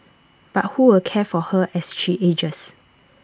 but who will care for her as she ages